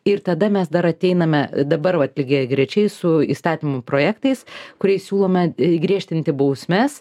ir tada mes dar ateiname dabar vat lygiagrečiai su įstatymų projektais kuriais siūlome griežtinti bausmes